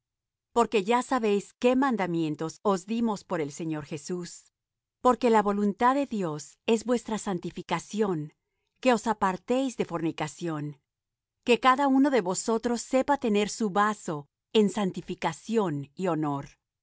porque ya sabéis qué mandamientos os dimos por el señor jesús porque la voluntad de dios es vuestra santificación que os apartéis de fornicación que cada uno de vosotros sepa tener su vaso en santificación y honor